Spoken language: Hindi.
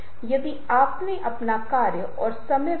उनकी अपेक्षाएँ और उनकी इच्छाएँ बहुत महत्वपूर्ण हैं